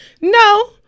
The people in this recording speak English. No